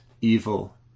evil